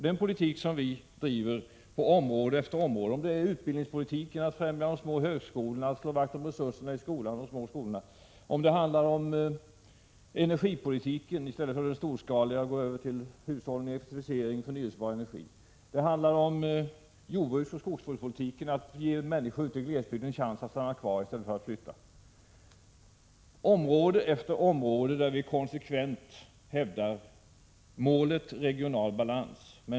Den politik vi förespråkar på område efter område — när det gäller utbildningspolitiken att främja de små högskolorna, slå vakt om resurserna i skolan och de små skolorna; när det gäller energipolitiken att i stället för det storskaliga gå över till hushållning och förnyelsebar energi; när det gäller jordbruksoch skogspolitiken att ge människorna ute i glesbygden en chans att stanna kvar i stället för att flytta — syftar konsekvent till att hävda målet regional balans.